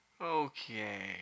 Okay